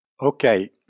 Okay